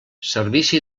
servici